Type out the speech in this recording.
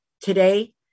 Today